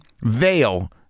veil